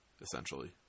essentially